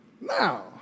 Now